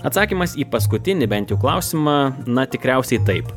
atsakymas į paskutinį bent jau klausimą na tikriausiai taip